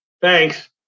Thanks